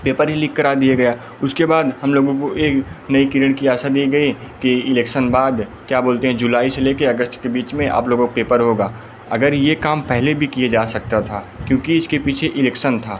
paper ही leak करा दिया गया उसके बाद हम लोगों को एक नई किरण की आशा दी गई कि इलेक्शन बाद क्या बोलते हैं जुलाई से लेकर अगस्त के बीच में अप लोगों का पेपर होगा अगर यह काम पहले भी किए जा सकता था क्योंकि इसके पीछे इलेक्शन था